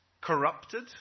corrupted